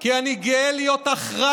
כי אני גאה להיות אחראי